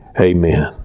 Amen